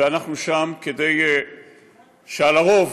ואנחנו שם כדי שעל הרוב